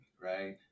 Right